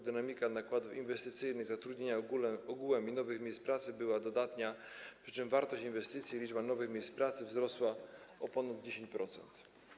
Dynamika nakładów inwestycyjnych, zatrudnienia ogółem i nowych miejsc pracy była dodatnia, przy czym wartość inwestycji, liczba nowych miejsc pracy wzrosła o ponad 10%.